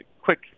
quick